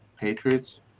Patriots